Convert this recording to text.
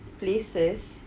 places